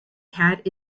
cat